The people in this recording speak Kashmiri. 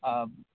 آ